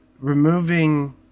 removing